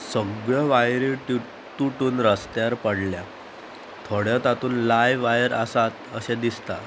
सगळ्यो वायऱ्यो ट्युट तुटून रस्त्यार पडल्या थोड्यो तातूंत लायव्ह वायर आसात अशें दिसता